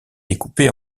découpé